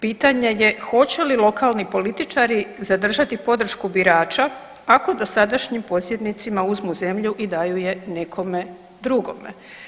Pitanje je hoće li lokalni političari zadržati podršku birača ako dosadašnjim posjednicima uzmu zemlju i daju je nekome drugome?